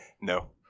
No